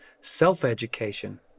self-education